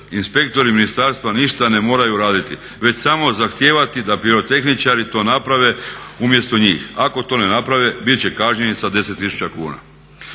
Inspektori ministarstva ništa ne moraju raditi, već samo zahtijevati da pirotehničari to naprave umjesto njih. Ako to ne naprave bit će kažnjeni sa 10 000 kuna.